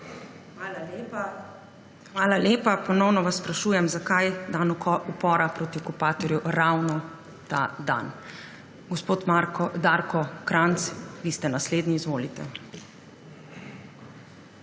Hvala lepa. Ponovno vas sprašujem, zakaj dan upora proti okupatorju ravno na ta dan. Gospod Darko Krajnc, vi ste naslednji, izvolite.